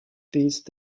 these